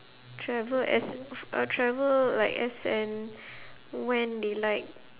travel as uh travel like as and when they like